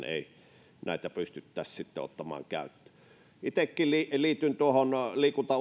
ei näitä pystyttäisi ottamaan käyttöön itsekin liityn liityn tuohon liikunta